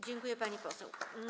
Dziękuję, pani poseł.